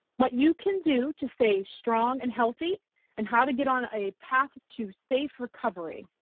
what you can do to stay strong and healthy and how to get on a path to safe recovery.